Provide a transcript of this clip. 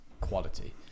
quality